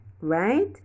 Right